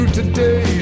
today